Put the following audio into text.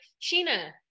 Sheena